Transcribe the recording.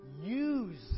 use